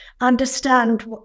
understand